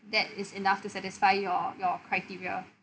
that is enough to satisfy your your criteria